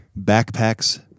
backpacks